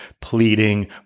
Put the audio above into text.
pleading